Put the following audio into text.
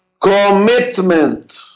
commitment